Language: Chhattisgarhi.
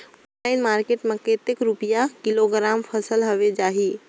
ऑनलाइन मार्केट मां कतेक रुपिया किलोग्राम फसल हवे जाही?